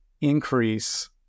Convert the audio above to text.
increase